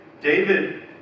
David